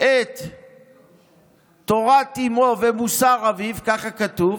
את תורת אימו ואת מוסר אביו, ככה כתוב,